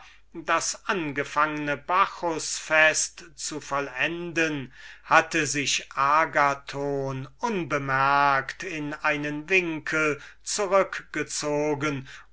das angefangne bacchusfest zu vollenden hatte sich agathon unbemerkt in einen winkel zurück